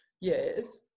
Yes